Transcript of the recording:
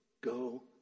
Go